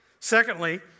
Secondly